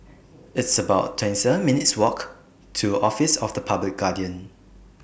It's about twenty seven minutes' Walk to Office of The Public Guardian